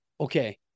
okay